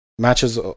matches